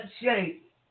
shape